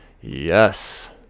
Yes